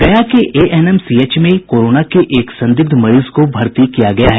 गया के एएनएमसीएच में कोरोना के एक संदिग्ध मरीज को भर्ती किया गया है